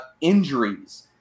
injuries